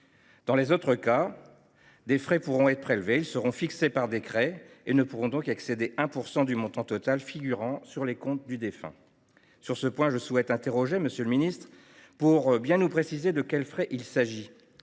Dans les autres cas, des frais pourront être prélevés. Ils seront fixés par décret et ne pourront pas excéder 1 % du montant total figurant sur les comptes du défunt. Sur ce point, je souhaite vous interroger, monsieur le ministre, pour savoir précisément de quels frais il s’agit.